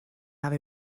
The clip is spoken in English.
have